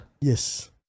yes